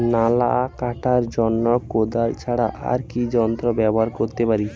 নালা কাটার জন্য কোদাল ছাড়া আর কি যন্ত্র ব্যবহার করতে পারি?